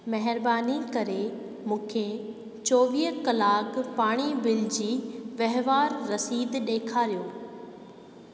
महिरबानी करे मूंखे चोवीह कलाक पाणी बिल जी वहिंवार रसीद ॾेखारियो